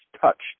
touched